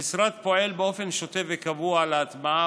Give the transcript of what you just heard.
המשרד פועל באופן שוטף וקבוע להטמעה